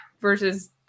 versus